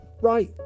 Right